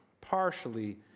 partially